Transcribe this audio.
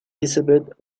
elizabeth